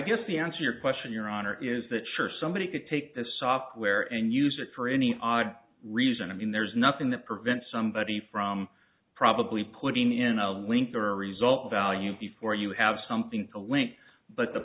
guess the answer your question your honor is that sure somebody could take the software and use it for any odd reason i mean there's nothing that prevents somebody from probably putting in a link or result value before you have something to link but the